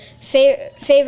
favorite